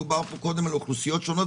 דובר פה קודם על אוכלוסיות שונות,